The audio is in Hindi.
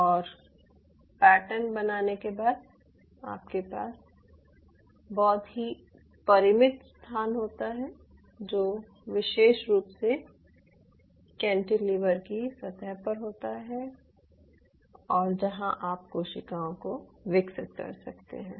और पैटर्न बनाने के बाद आपके पास एक बहुत ही परिमित स्थान होता है जो विशेष रूप से कैंटिलीवर की सतह पर होता है और जहां आप कोशिकाओं को विकसित कर सकते हैं